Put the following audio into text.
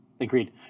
Agreed